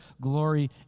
glory